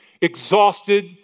exhausted